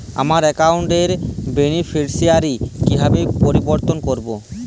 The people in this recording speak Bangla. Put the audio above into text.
আমার অ্যাকাউন্ট র বেনিফিসিয়ারি কিভাবে পরিবর্তন করবো?